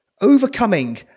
overcoming